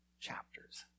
chapters